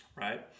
right